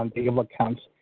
um able accounts.